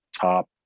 top